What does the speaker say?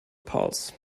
pulse